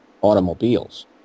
automobiles